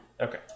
Okay